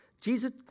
Jesus